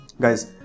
Guys